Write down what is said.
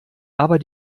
aber